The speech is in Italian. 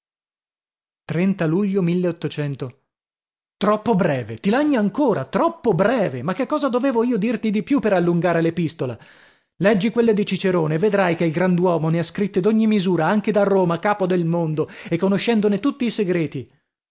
luglio troppo breve ti lagni ancora troppo breve ma che cosa dovevo io dirti di più per allungare l'epistola leggi quelle di cicerone e vedrai che il grand'uomo ne ha scritte d'ogni misura anche da roma capo del mondo e conoscendone tutti i segreti